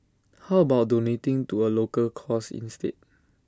how about donating to A local cause instead